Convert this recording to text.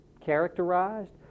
characterized